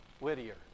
Whittier